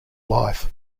life